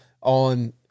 on